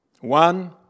One